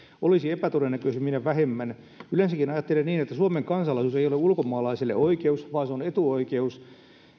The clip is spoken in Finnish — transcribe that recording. olisi epätodennäköisemmin ja vähemmän yleensäkin ajattelen niin että suomen kansalaisuus ei ole ulkomaalaisille oikeus vaan se on etuoikeus